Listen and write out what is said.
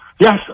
Yes